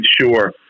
sure